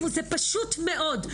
זה פשוט מאוד.